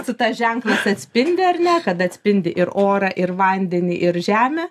su ta ženklas atspindi ar ne kad atspindi ir orą ir vandenį ir žemę